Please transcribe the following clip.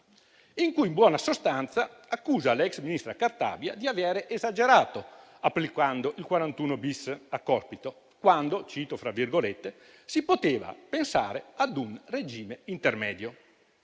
in cui in buona sostanza accusa l'ex ministra Cartabia di aver esagerato applicando il 41-*bis* a Cospito quando: «si poteva pensare ad un regime intermedio».